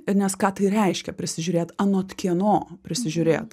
nes ką tai reiškia prisižiūrėt anot kieno prisižiūrėt